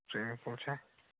swimming pool چھا